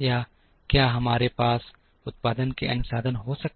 या क्या हमारे पास उत्पादन के अन्य साधन हो सकते हैं